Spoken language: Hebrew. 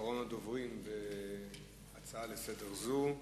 בבקשה, אחרון הדוברים בהצעה זו לסדר-היום.